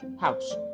house